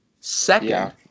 Second